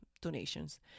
donations